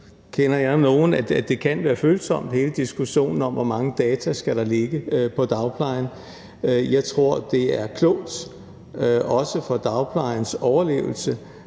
kender jeg til, at det kan være følsomt, altså hele diskussionen om, hvor mange data der skal ligge på dagplejen. Jeg tror, det er klogt, også for dagplejens overlevelse